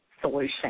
solution